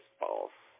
false